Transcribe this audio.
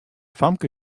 famke